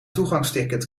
toegangsticket